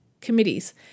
committees